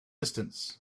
distance